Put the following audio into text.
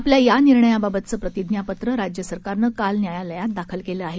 आपल्या या निर्णयाबाबतचं प्रतिज्ञापत्रं राज्यसरकारनं काल न्यायालयात दाखल केलं आहे